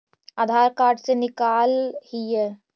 आधार card से निकाल हिऐ?